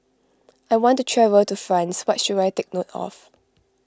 I want to travel to France what should I take note of